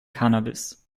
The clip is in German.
cannabis